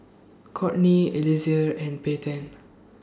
Kourtney Eliezer and Payten